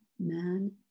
man